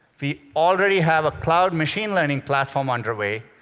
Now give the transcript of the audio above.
we already have a cloud machine learning platform underway,